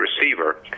receiver